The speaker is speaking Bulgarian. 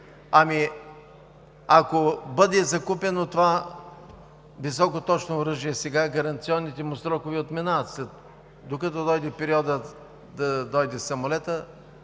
ако бъде закупено това високоточно оръжие сега и гаранционните му срокове отминават, докато дойде периодът да дойде самолетът,